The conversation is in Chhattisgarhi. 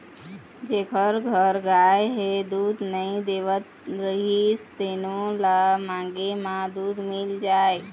जेखर घर गाय ह दूद नइ देवत रहिस तेनो ल मांगे म दूद मिल जाए